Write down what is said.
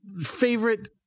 favorite